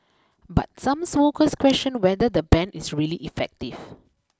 but some smokers question whether the ban is really effective